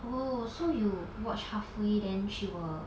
oh so you watch halfway then she will